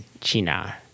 China